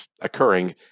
occurring